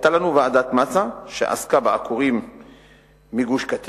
היתה לנו ועדת-מצא, שעסקה בעקורים מגוש-קטיף,